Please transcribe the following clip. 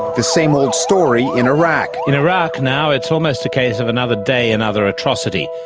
the same old story in iraq. in iraq now it's almost a case of another day, another atrocity.